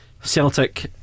Celtic